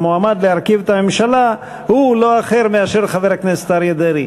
המועמד להרכיב את הממשלה הוא לא אחר מאשר חבר הכנסת אריה דרעי.